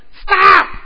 stop